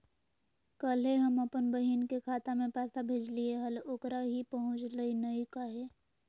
कल्हे हम अपन बहिन के खाता में पैसा भेजलिए हल, ओकरा ही पहुँचलई नई काहे?